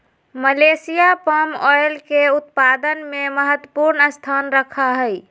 Malaysia palm oil के उत्पादन में महत्वपूर्ण स्थान रखा हई